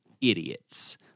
idiots